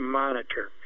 monitor